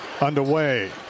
underway